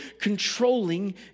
controlling